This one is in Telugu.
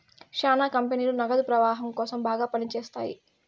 శ్యానా కంపెనీలు నగదు ప్రవాహం కోసం బాగా పని చేత్తాయి